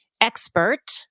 expert